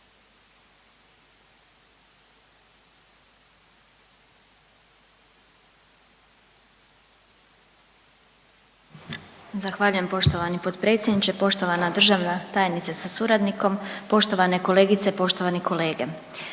Zahvaljujem poštovani potpredsjedniče, poštovana državna tajnice sa suradnikom, poštovane kolegice, poštovani kolege.